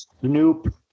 Snoop